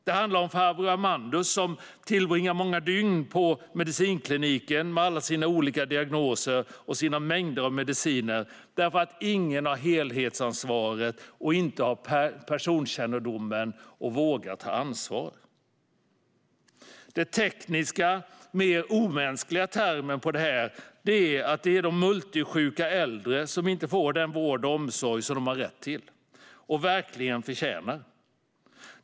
Det handlar om farbror Amandus, som tillbringar många dygn på medicinkliniken med alla sina olika diagnoser och mängder av mediciner eftersom ingen har helhetsansvaret och personkännedomen - ingen vågar ta ansvar. Den tekniska, mer omänskliga, termen för detta är att det är de multisjuka äldre som inte får den vård och omsorg som de har rätt till och verkligen förtjänar.